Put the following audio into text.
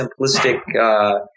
simplistic